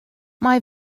mae